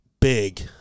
big